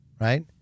right